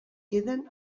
queden